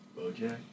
BoJack